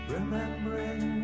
Remembering